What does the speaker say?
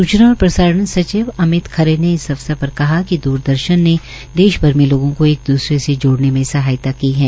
सूचना और प्रसारण सचिव अमित खरे ने इस अवसर पर कहा कि द्रदर्शन ने देश भर में लोगों को एक द्रसरे से जोड़ने में सहायता की है